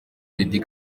meddie